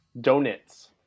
donuts